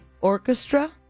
orchestra